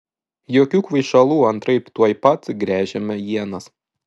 jokių kvaišalų antraip tuoj pat gręžiame ienas